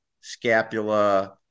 scapula